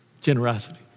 Generosity